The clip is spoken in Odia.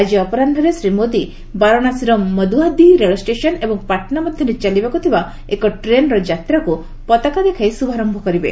ଆଜି ଅପରାହ୍ନରେ ଶ୍ରୀ ମୋଦି ବାରାଣାସୀର ମଦୁଆଦିହ୍ ରେଳଷ୍ଟେସନ ଏବଂ ପାଟ୍ନା ମଧ୍ୟରେ ଚାଲିବାକୁଥିବା ଏକ ଟ୍ରେନ୍ର ଯାତ୍ରାକୁ ପତାକା ଦେଖାଇ ଶୁଭାରମ୍ଭ କରିବେ